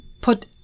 put